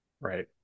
right